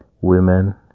Women